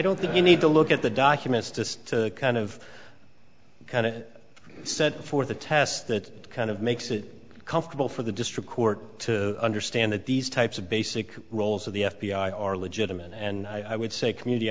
don't think you need to look at the documents just to kind of kind of set for the test that kind of makes it comfortable for the district court to understand that these types of basic roles of the f b i are legitimate and i would say community